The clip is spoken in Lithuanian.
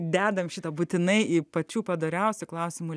dedame šitą būtinai į pačių padoriausių klausimų